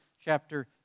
chapter